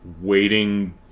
waiting